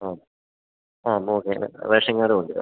ആ ആ ration card കൊണ്ടുവരാം